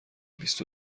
بیست